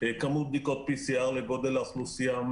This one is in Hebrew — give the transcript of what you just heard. כמות בדיקות PCR לגודל האוכלוסייה,